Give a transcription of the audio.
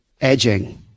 Edging